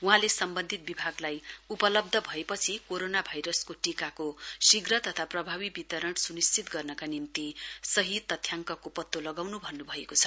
वहाँले सम्बन्धित विभागलाई उपलब्ध भएपछि कोरोना भाइरसको टीकाको शीघ्र तथा प्रभावी वितरण सुनिश्चित गर्नका निम्ति सही तथ्याङ्कको पत्तो लगाउन् भन्नु भएको छ